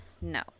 no